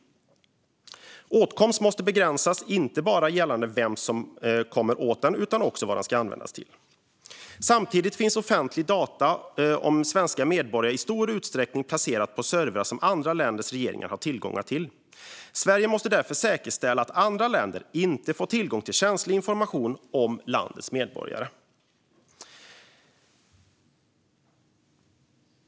Åtkomst måste begränsas, inte bara gällande vem som kommer åt data utan också vad de ska användas till. Samtidigt finns offentliga data om svenska medborgare i stor utsträckning placerade på servrar som andra länders regeringar har tillgång till. Sverige måste därför säkerställa att andra länder inte får tillgång till känslig information om landets medborgare.